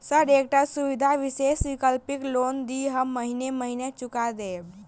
Sir एकटा सुविधा विशेष वैकल्पिक लोन दिऽ हम महीने महीने चुका देब?